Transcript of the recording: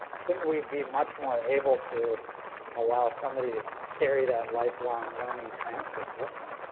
shouldn't we be much more able to allow somebody to carry that lifelong learning transcript with them.